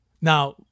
Now